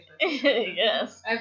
Yes